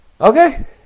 Okay